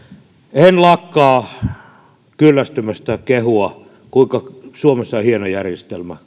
en lakkaa kyllästymästä kehumaan kun tuolla maailmalla liikkuu kuinka meillä suomessa on hieno järjestelmä